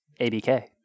ABK